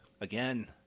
Again